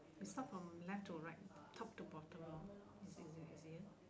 we start from left to right top to bottom lor is it easier